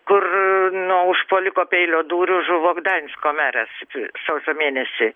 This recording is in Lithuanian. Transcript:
kur nuo užpuoliko peilio dūrių žuvo gdansko meras sausio mėnesį